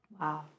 Wow